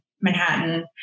Manhattan